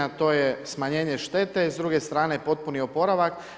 To je smanjenje štete i s druge strane potpuni oporavak.